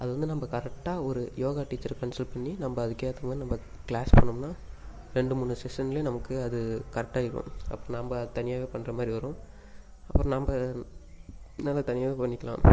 அது வந்து நம்ம கரெட்டாக ஒரு யோகா டீச்சரை கன்சல் பண்ணி நம்ம அதுக்கு ஏற்ற மாதிரி நம்ம க்ளாஸ் போனோம்னா ரெண்டு மூணு செக்சன்லேயே நமக்கு அது கரெட்டாக ஆயிடும் அப்போ நம்ம அதை தனியாவே பண்ணுற மாதிரி வரும் அப்புறம் நம்ம நல்ல தனியாவே பண்ணிக்கலாம்